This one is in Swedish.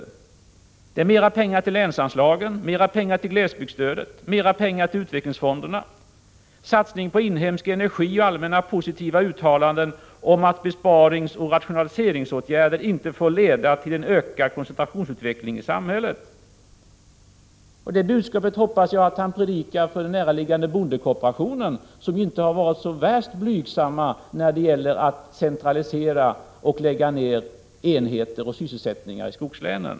De handlar om mera pengar till länsanslagen, mera pengar till glesbygdsstödet, mera pengar till utvecklingsfonderna, satsning på inhemsk energi och allmänna positiva uttalanden om att besparingsoch rationaliseringsåtgärder inte får leda till ökad koncentrationsutveckling i samhället. Det budskapet hoppas jag att Per-Ola Eriksson predikar för den honom närstående bondekooperationen, som inte har varit så värst blygsam när det gäller att centralisera och lägga ned enheter och sysselsättningstillfällen i skogslänen.